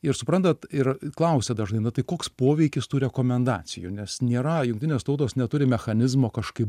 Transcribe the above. ir suprantat ir klausia dažnai nu tai koks poveikis tų rekomendacijų nes nėra jungtinės tautos neturi mechanizmo kažkaip